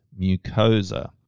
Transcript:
mucosa